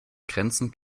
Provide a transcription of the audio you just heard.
grenzen